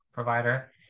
provider